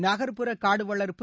நகர்ப்புற காடுவளர்ப்பு